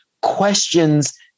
questions